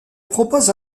propose